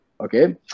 Okay